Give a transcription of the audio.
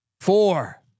Four